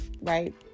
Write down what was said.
right